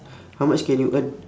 how much can you earn